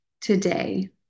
today